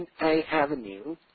Avenue